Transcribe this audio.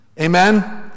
Amen